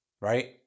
Right